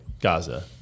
Gaza